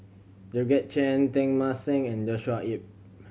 Georgette Chen Teng Mah Seng and Joshua Ip